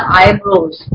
eyebrows